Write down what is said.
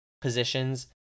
positions